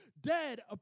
dead